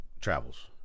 travels